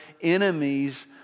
enemies